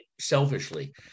selfishly